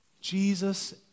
Jesus